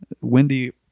Wendy